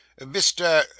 mr